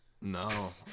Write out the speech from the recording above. No